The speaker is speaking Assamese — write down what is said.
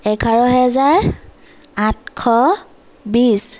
এঘাৰ হেজাৰ আঠশ বিছ